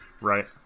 Right